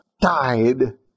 died